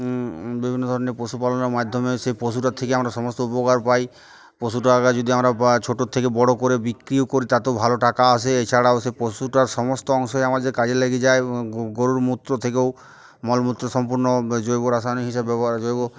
বিভিন্ন ধরনের পশুপালনের মাধ্যমে সেই পশুটার থেকে আমরা সমস্ত উপকার পাই পশুটাকে যদি আমরা বা ছোটো থেকে বড়ো করে বিক্রিও করি তাতেও ভালো টাকা আসে এছাড়াও সেই পশুটার সমস্ত অংশই আমাদের কাজে লেগে যায় গরুর মূত্র থেকেও মলমূত্র সম্পূর্ণ জৈব রাসায়নিক হিসাবে ব্যবহার জৈব